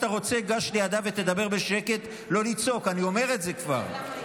אני קורא אותך לסדר פעם ראשונה.